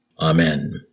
Amen